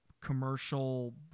commercial